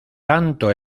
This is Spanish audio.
tanto